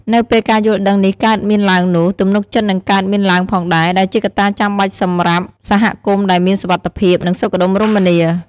នៅពេលការយល់ដឹងនេះកើតមានឡើងនោះ ទំនុកចិត្តនឹងកើតមានឡើងផងដែរ ដែលជាកត្តាចាំបាច់សម្រាប់សហគមន៍ដែលមានសុវត្ថិភាព និងសុខដុមរមនា។